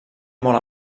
molt